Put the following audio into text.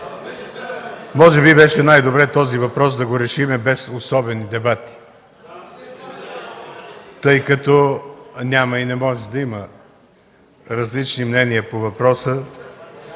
Може би беше най-добре този въпрос да го решим без особени дебати (реплики от ГЕРБ), тъй като няма и не може да има различни мнения по въпроса,